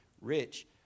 rich